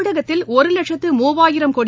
தமிழகத்தில் ஒரு லட்சத்து மூவாயிரம் கோடி